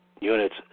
units